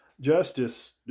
Justice